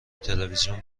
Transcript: تلویزیون